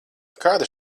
kāda